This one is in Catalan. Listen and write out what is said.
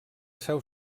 seu